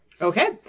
Okay